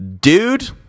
Dude